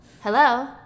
Hello